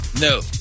no